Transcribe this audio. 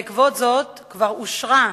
בעקבות זאת כבר אושרה,